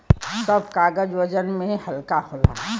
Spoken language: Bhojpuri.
सब कागज वजन में हल्का होला